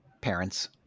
parents